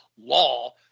law